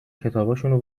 کتابشونو